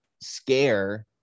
scare